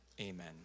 amen